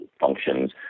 functions